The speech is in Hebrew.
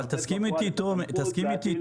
אבל תסכים איתי תומר,